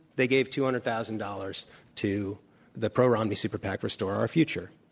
they gave two hundred thousand dollars to the pro-romney super pac restore our future.